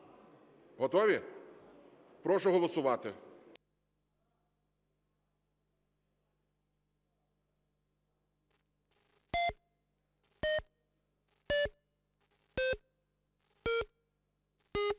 Готові? Прошу голосувати.